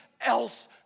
else